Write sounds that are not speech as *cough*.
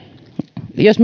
jos *unintelligible*